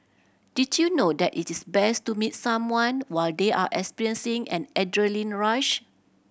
did you know that it is best to meet someone while they are experiencing an adrenaline rush